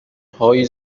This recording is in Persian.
های